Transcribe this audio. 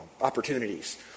opportunities